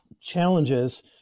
challenges